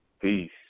Peace